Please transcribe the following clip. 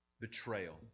betrayal